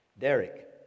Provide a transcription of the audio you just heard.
Derek